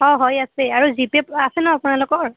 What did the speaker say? অঁ হয় আছে আৰু জি পে' আছে ন আপোনালোকৰ